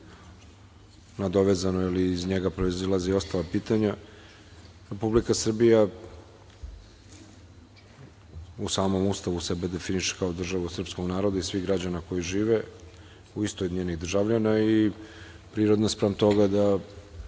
nadovezano ili iz njega proizilaze ostala pitanja. Republika Srbija u samom Ustavu sebe definiše kao državu srpskog naroda i svih građana koji žive u istoj njenih državljana i prirodno naspram toga i